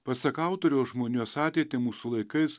pasak autoriaus žmonijos ateitį mūsų laikais